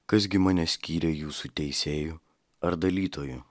kas gi mane skyrė jūsų teisėju ar dalytoju